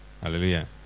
Hallelujah